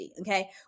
Okay